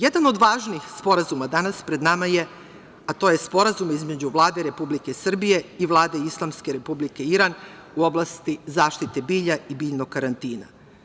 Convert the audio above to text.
Jedan od važnih sporazuma danas pred nama je Sporazum između Vlade Republike Srbije i Vlade Islamske Republike Iran u oblasti zaštite bilja i biljnog karantina.